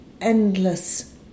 endless